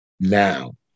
Now